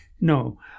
No